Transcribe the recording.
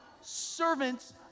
servants